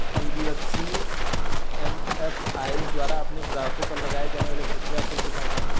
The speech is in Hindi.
एन.बी.एफ.सी एम.एफ.आई द्वारा अपने ग्राहकों पर लगाए जाने वाला प्रक्रिया शुल्क कितना होता है?